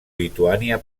lituània